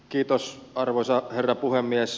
kiitos arvoisa herra puhemies